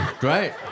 Great